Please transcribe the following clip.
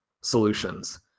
solutions